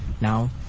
now